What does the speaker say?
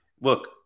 look